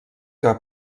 que